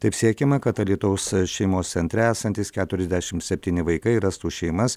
taip siekiama kad alytaus šeimos centre esantys keturiasdešim septyni vaikai rastų šeimas